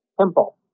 temple